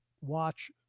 watch